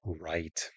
right